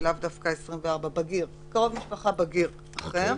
בגיר אחר,